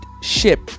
ship